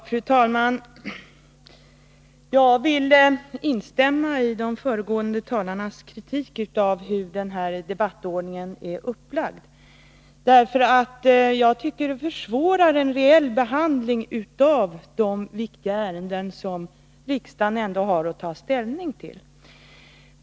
Fru talman! Jag vill instämma i de föregående talarnas kritik av debattordningen. Jag tycker den försvårar en reell behandling av de viktiga ärenden som riksdagen ändå har att ta ställning till.